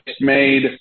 made